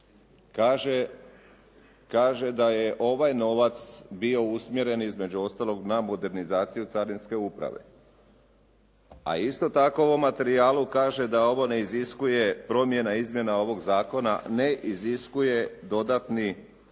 Kaže da je ovaj novac bio usmjeren između ostalog na modernizaciju Carinske uprave. A isto tako u ovom materijalu kaže da ovo ne iziskuje promjena i izmjena ovog zakona, ne iziskuje dodatni